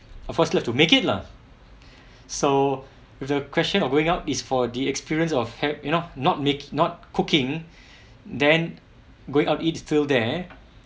of course you have to make it lah so if the question of going out is for the experience of have you know not make not cooking then going out eat is still there